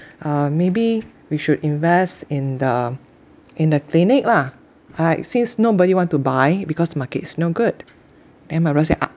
uh maybe we should invest in the in the clinic lah right since nobody want to buy because the market is no good then my brother say uh